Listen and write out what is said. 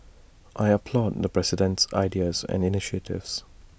I applaud the president's ideas and initiatives